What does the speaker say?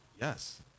yes